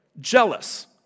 jealous